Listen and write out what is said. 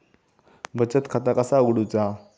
बचत खाता कसा उघडूचा?